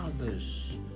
others